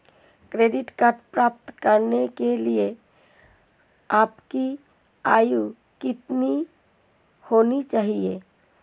Credit card प्राप्त करने के लिए आपकी आयु कितनी होनी चाहिए?